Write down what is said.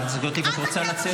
עד הקבר שלי לא